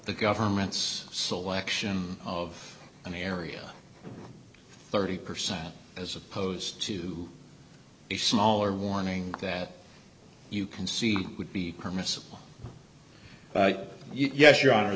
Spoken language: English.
the government's selection of an area thirty percent as opposed to a smaller warning that you can see would be permissible yes your hon